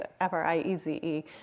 f-r-i-e-z-e